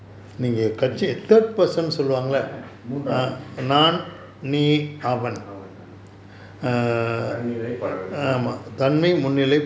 மூன்றாமாள் அவன் தன்னிலை படர்கை:moondramaal avan thannilai padarkai eh படர்கை:padarkai yes